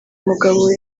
mugabo